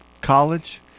college